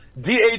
DA